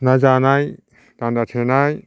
ना जानाय दान्दा थेनाय